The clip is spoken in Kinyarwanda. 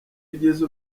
ugize